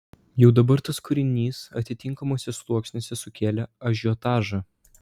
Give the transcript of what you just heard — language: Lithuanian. jau dabar tas kūrinys atitinkamuose sluoksniuose sukėlė ažiotažą